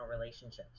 relationships